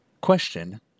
question